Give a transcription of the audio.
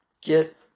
get